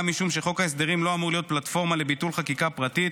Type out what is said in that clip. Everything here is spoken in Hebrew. אך גם משום שחוק ההסדרים לא אמור להיות פלטפורמה לביטול חקיקה פרטית